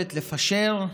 היכולת לפשר,